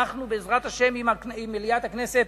אנחנו, בעזרת השם, אם מליאת הכנסת